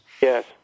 Yes